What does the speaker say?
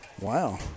wow